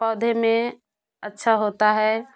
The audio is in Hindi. पौधे में अच्छा होता है